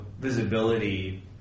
visibility